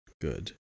good